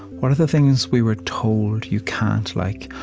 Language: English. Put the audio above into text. what are the things we were told you can't like,